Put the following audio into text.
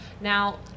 Now